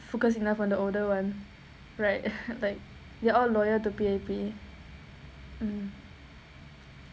focus enough on the older [one] right like they're all loyal to P_A_P mm